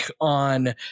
on